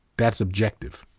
that's objective.